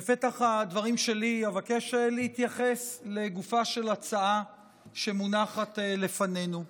בפתח הדברים שלי אבקש להתייחס לגופה של ההצעה שמונחת לפנינו.